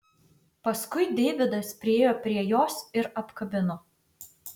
paskui deividas priėjo prie jos ir apkabino